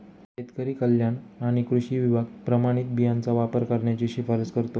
शेतकरी कल्याण आणि कृषी विभाग प्रमाणित बियाणांचा वापर करण्याची शिफारस करतो